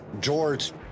george